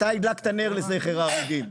מתי הדלקת נר לזכר ההרוגים,